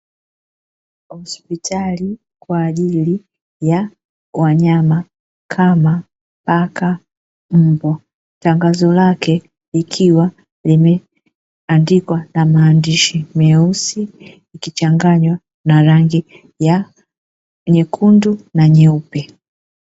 Hospitali kwa ajili ya wanyama kama paka, mbwa. Tangazo lake, likiwa limeandikwa na maandishi meusi, ikichanganywa na rangi ya nyekundu na nyeupe.